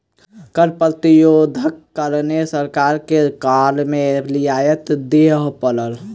कर प्रतिरोधक कारणें सरकार के कर में रियायत दिअ पड़ल